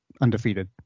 undefeated